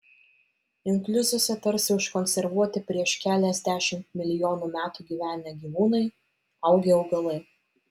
inkliuzuose tarsi užkonservuoti prieš keliasdešimt milijonų metų gyvenę gyvūnai augę augalai